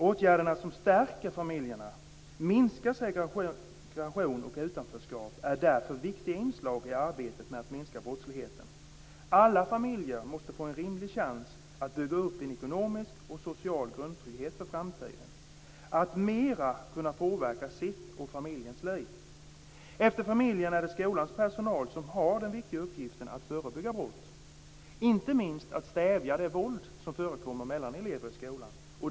Åtgärderna som stärker familjerna och minskar segregation och utanförskap är därför viktiga inslag i arbetet med att minska brottsligheten. Alla familjer måste få en rimlig chans att bygga upp en ekonomisk och social grundtrygghet för framtiden och att mera kunna påverka sitt och familjens liv. Efter familjen är det skolans personal som har den viktiga uppgiften att förebygga brott - inte minst att stävja det våld som förekommer mellan elever i skolan.